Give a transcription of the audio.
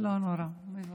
לא נורא, מבורך.